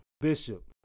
bishop